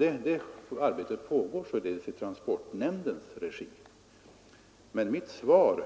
Detta arbete pågår nu i transportnämndens regi. Men mitt svar